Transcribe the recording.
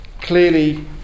Clearly